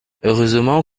heureusement